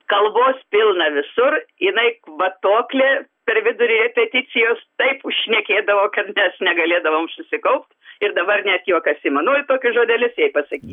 kalbos pilna visur jinai kvatoklė per vidurį repeticijos taip užšnekėdavo kad mes negalėdavom susikaupt ir dabar net juokas ima nu ir tokius žodelius jai pasakyt